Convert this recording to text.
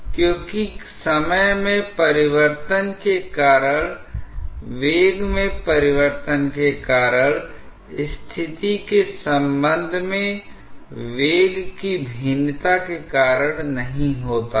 एक ही समय में यह एक बहुत ही कम दाम का उपकरण नहीं है यह बहुत महंगा भी नहीं है लेकिन साथ हीबहुत ही नियमित अनुप्रयोगों के लिए कुछ कम दाम के उपकरण की तलाश हो सकती है जो मोटे तौर पर समान सिद्धांतों का पालन करते हैं